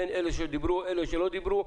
אלה שדיברו ואלה שלא דיברו.